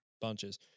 Bunches